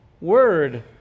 word